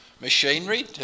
machinery